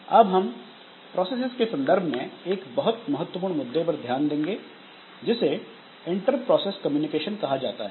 अब हम प्रोसेसेस के संदर्भ में एक बहुत महत्वपूर्ण मुद्दे पर ध्यान देंगे जिसे इंटरप्रोसेस कम्युनिकेशन कहा जाता है